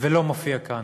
ולא מופיע כאן.